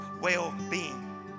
well-being